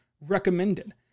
recommended